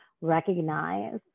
recognize